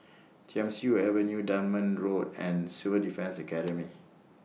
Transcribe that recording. Thiam Siew Avenue Dunman Road and Civil Defence Academy